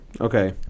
okay